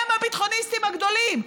הם הביטחוניסטים הגדולים.